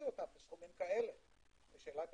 שאלה במקומה.